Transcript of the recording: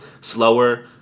slower